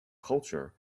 culture